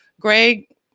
Greg